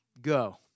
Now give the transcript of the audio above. Go